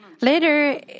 Later